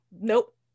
Nope